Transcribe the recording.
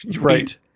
Right